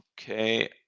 okay